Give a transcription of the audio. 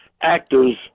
actors